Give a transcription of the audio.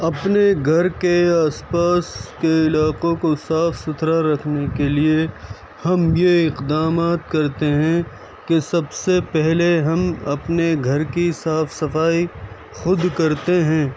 اپنے گھر کے آس پاس کے علاقوں کو صاف سُتھرا رکھنے لے لیے ہم یہ اقدامات کرتے ہیں کہ سب سے پہلے ہم اپنے گھر کی صاف صفائی خود کرتے ہیں